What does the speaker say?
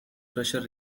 pressure